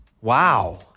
Wow